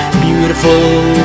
beautiful